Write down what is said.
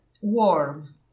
warm